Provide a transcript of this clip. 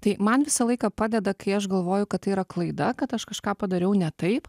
tai man visą laiką padeda kai aš galvoju kad tai yra klaida kad aš kažką padariau ne taip